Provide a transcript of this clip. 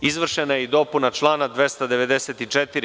Izvršena je i dopuna člana 294.